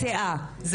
סליחה, אתה מחנך אותנו?